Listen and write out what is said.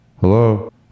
hello